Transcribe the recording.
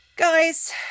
guys